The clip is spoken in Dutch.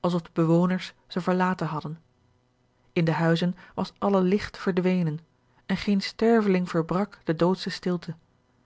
alsof de bewoners ze verlaten hadden in de huizen was alle licht verdwenen en geen sterveling verbrak de doodsche stilte